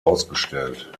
ausgestellt